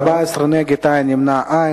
בעד, 14, נגד, אין, נמנעים, אין.